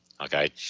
Okay